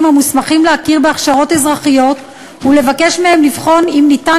המוסמכים להכיר בהכשרות אזרחיות ולבקש מהם לבחון אם ניתן